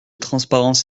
transparence